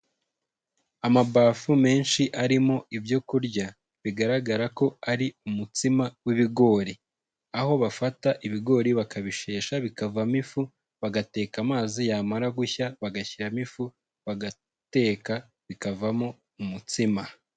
Amabafu menshi arimo ibyo kurya bigaragara ko ari umutsima w'ibigori, aho bafata ibigori bakabishesha bikavamo ifu, bagateka amazi yamara gushya, bagashyiramo ifu bagateka bikavamo umutsima.